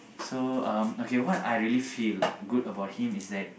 so um okay what I really feel good about him is that